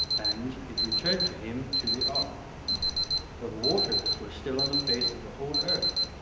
and it returned to him to the ark for the waters were still on the face of the whole earth.